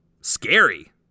scary